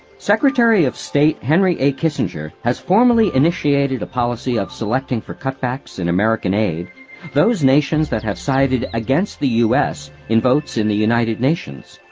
secretary of state henry a. kissinger has formally initiated a policy of selecting for cutbacks in american aid those nations that have sided against the u s. in votes in the united nations.